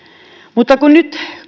mutta kun nyt